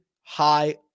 high